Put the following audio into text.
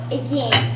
again